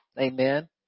Amen